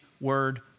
word